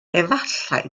efallai